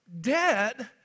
dead